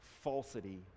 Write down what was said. falsity